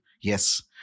Yes